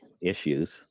issues